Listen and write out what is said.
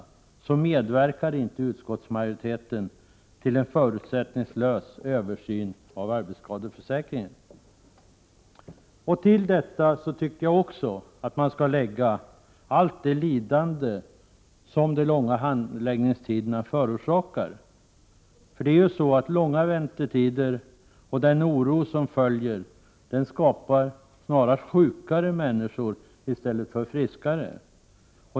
Därmed medverkar inte utskottsmajoriteten till en förutsättningslös översyn av arbetsskadeförsäkringen. : Därtill kommer allt det lidande som de långa handläggningstiderna förorsakar. De långa väntetiderna och den oro som följer av dessa gör ju att människor snarare blir sjukare.